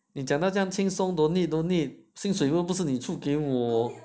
你讲到这样轻松 don't need don't need 薪水又不是你出给我